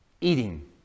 Eating